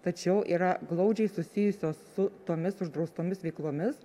tačiau yra glaudžiai susijusios su tomis uždraustomis veiklomis